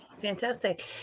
Fantastic